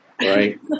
Right